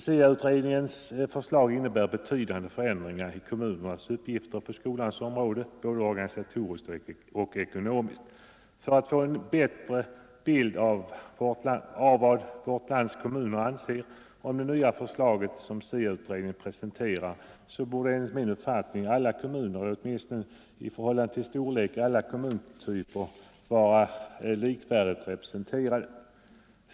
SIA-utredningens förslag innebär betydande förändringar i kommunernas uppgifter på skolans område, både organisatoriskt och ekonomiskt. För att få en bättre bild av vad vårt lands kommuner anser om det nya förslaget som SIA-utredningen presenterar borde, enligt min uppfattning, alla kommuner eller åtminstone i förhållande till storlek alla kommuntyper vara likvärdigt representerade.